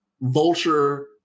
vulture